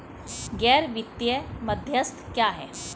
गैर वित्तीय मध्यस्थ क्या हैं?